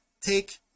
take